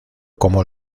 como